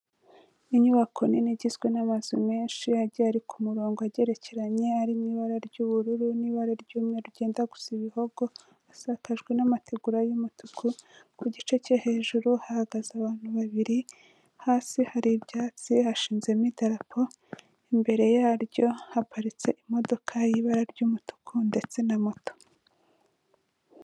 N'inyubako nini igizwe n'amazi menshi agiye ari ku murongo agerekeranye arimo ibara ry'ubururu n'ibara ry'umweru rijya gusa ibihogo asakajwe n'amategura y'umutuku ku gice cyo hejuru hahagaze abantu 2 hasi hari ibyatsi hashizezemodarapo imbere yaryo haparitse imodoka y'ibara ry'umutuku ndetse na moto.